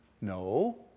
No